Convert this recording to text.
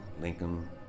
Lincoln